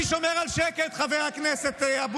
אני במקומך הייתי שומר על שקט, חבר הכנסת אבוטבול.